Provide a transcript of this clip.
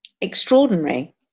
extraordinary